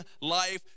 life